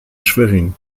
schwerin